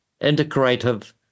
integrative